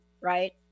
right